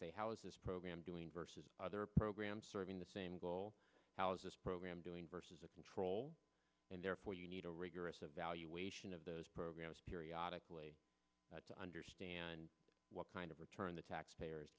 say how is this program doing versus other programs serving the same goal how is this program doing versus a control and therefore you need a rigorous evaluation of those programs periodically to understand what kind of return the taxpayer